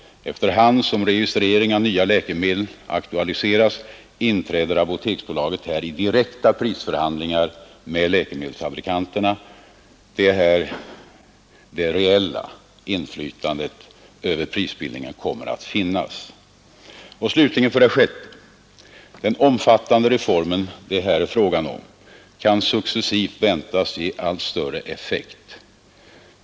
Efter hand som registrering av nya läkemedel aktualiseras inträder apoteksbolaget i direkta prisförhandlingar med läkemedelsfabrikanterna. Det är här det reella inflytandet över prisbildningen kommer att finnas. Slutligen för det sjätte: ”Den omfattande reform det är fråga om kan successivt väntas ge allt större effekt.